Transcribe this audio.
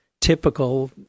typical